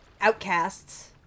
outcasts